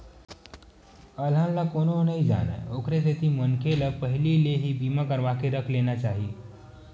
अलहन ला कोनो नइ जानय ओखरे सेती मनखे ल पहिली ले ही बीमा करवाके रख लेना चाही